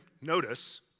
notice